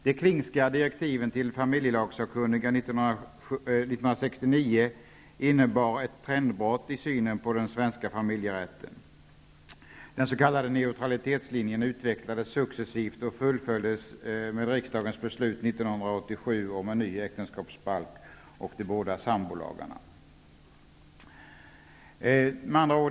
De Klingska direktiven till familjelagssakkunniga 1969 innebar ett trendbrott i synen på den svenska familjerätten. Den s.k. neutralitetslinjen utvecklades successivt och fullföljdes med riksdagens beslut 1987 om en ny äktenskapsbalk och de båda sambolagarna.